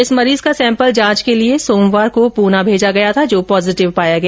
इस मरीज का सैंपल जांच के लिए सोमवार को पूना भेजा गया था जो पॉजेटिव पाया गया